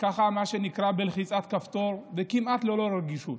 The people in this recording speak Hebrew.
מה שנקרא בלחיצת כפתור, וכמעט ללא רגישות.